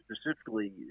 specifically